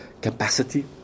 capacity